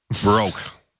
broke